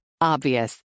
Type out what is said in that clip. Obvious